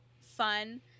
fun